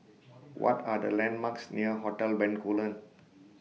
What Are The landmarks near Hotel Bencoolen